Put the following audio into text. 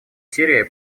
сирии